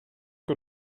que